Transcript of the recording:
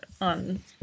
on